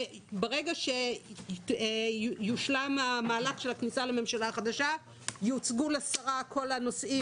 ברגע שיושלם מהלך הכניסה לממשלה החדשה יוצגו לשרה כל הנושאים